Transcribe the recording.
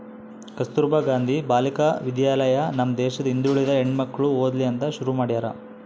ಕಸ್ತುರ್ಭ ಗಾಂಧಿ ಬಾಲಿಕ ವಿದ್ಯಾಲಯ ನಮ್ ದೇಶದ ಹಿಂದುಳಿದ ಹೆಣ್ಮಕ್ಳು ಓದ್ಲಿ ಅಂತ ಶುರು ಮಾಡ್ಯಾರ